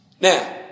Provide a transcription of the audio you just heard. now